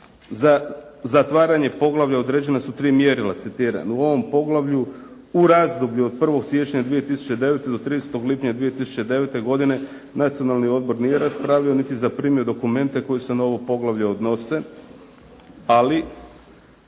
Za zatvaranje poglavlja određena su tri mjerila, citiram: "U ovom poglavlju u razdoblju od 1. siječnja 2009. do 30. lipnja 2009. godine Nacionalni odbor nije raspravljao niti zaprimio dokumente koji se na ovo poglavlje odnose". Ali